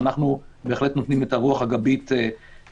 אנחנו בהחלט נותנים את הרוח הגבית הרפואית,